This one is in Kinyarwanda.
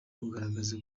ukugaragaza